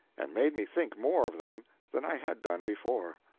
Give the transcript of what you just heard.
and made me think more of them than i had done before.